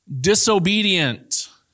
disobedient